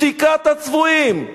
שתיקת הצבועים.